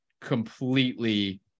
completely